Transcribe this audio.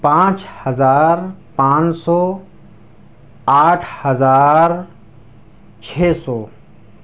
پانچ ہزار پانچ سو آٹھ ہزار چھ سو